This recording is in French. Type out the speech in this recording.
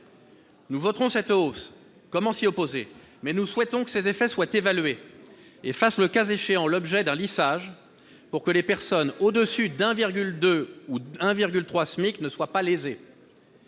Nous voterons la hausse. Comment nous y opposer ? Toutefois, nous souhaitons que ses effets soient évalués et fassent, le cas échéant, l'objet d'un lissage, pour que les personnes touchant plus que 1,2 ou 1,3 SMIC ne soient pas lésées.